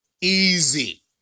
easy